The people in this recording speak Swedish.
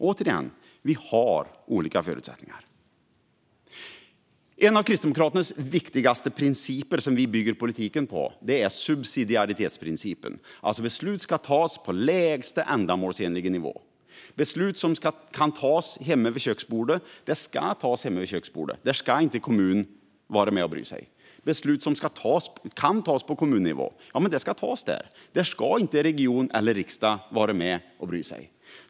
Återigen: Vi har olika förutsättningar. En av Kristdemokraternas viktigaste principer för sin politik är subsidiaritetsprincipen. Beslut ska tas på lägsta ändamålsenliga nivå. Beslut som kan tas hemma vid köksbordet ska tas hemma vid köksbordet. Kommunen ska inte bry sig. Beslut som kan tas på kommunnivå ska tas där. Region eller riksdag ska inte bry sig.